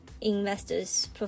investors